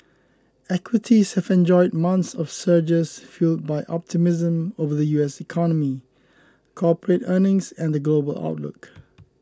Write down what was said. equities have enjoyed months of surges fuelled by optimism over the U S economy corporate earnings and the global outlook